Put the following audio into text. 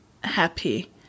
happy